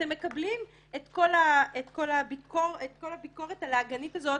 אתם מקבלים את כל הביקורת הלעגנית הזאת